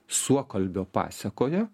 suokalbio pasekoja